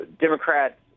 Democrat